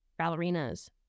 ballerinas